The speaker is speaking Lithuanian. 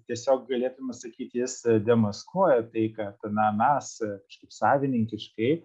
tiesiog galėtume sakyti jis demaskuoja tai ką mes kažkaip savininkiškai